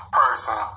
person